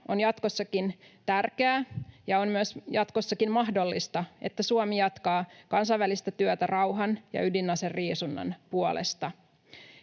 on jatkossakin tärkeää ja on myös jatkossakin mahdollista, että Suomi jatkaa kansainvälistä työtä rauhan ja ydinaseriisunnan puolesta.